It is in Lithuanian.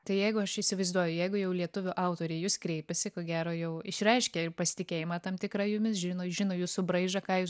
tai jeigu aš įsivaizduoju jeigu jau lietuvių autoriai į jus kreipiasi ko gero jau išreiškia ir pasitikėjimą tam tikrą jumis žino žino jūsų braižą ką jūs